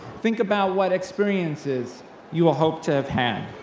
think about what experiences you'll hope to have had,